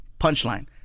Punchline